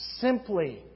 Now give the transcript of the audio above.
simply